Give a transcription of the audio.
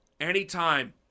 anytime